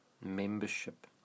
membership